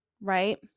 right